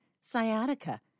sciatica